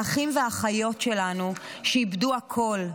האחים והאחיות שלנו איבדו הכול,